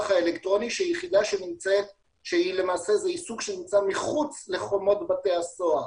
האלקטרוני שלמעשה זה עיסוק שנמצא מחוץ לחומות בתי הסוהר.